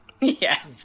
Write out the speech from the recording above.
Yes